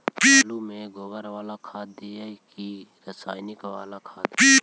आलु में गोबर बाला खाद दियै कि रसायन बाला खाद?